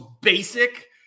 basic